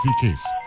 case